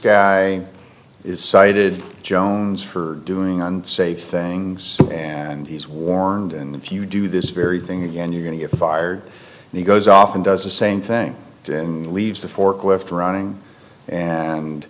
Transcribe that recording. guy is cited jones for doing unsafe things and he's warned and if you do this very thing again you're going to get fired and he goes off and does the same thing in leads to forklift running and